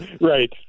Right